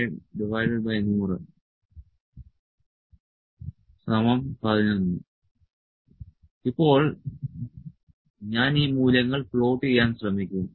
00 ഇപ്പോൾ ഞാൻ ഈ മൂല്യങ്ങൾ പ്ലോട്ട് ചെയ്യാൻ ശ്രമിക്കും